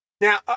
now